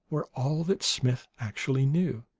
were all that smith actually knew.